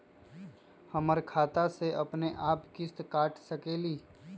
हमर खाता से अपनेआप किस्त काट सकेली?